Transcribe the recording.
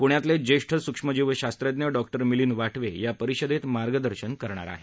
पुण्यातले ज्येष्ठ सूक्ष्मजीवशास्त्रज्ञ डॉक्टर मिलिंद वाटवे या परिषदेत मार्गदर्शन करणार आहेत